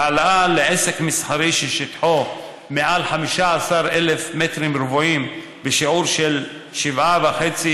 העלאה לעסק מסחרי ששטחו מעל 15,000 מטרים רבועים בשיעור של 7.5%,